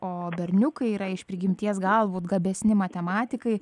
o berniukai yra iš prigimties galbūt gabesni matematikai